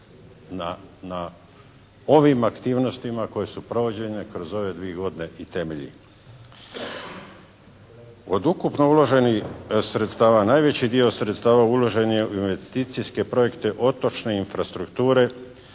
na ovim aktivnostima koje su provođene kroz ove dvije godine i temelji. Od ukupno uloženih sredstava najveći dio sredstava uložen je u investicijske projekte, otočne infrastrukture